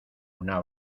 una